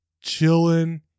chilling